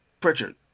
Pritchard